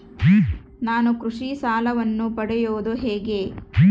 ನಾನು ಕೃಷಿ ಸಾಲವನ್ನು ಪಡೆಯೋದು ಹೇಗೆ?